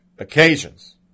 Occasions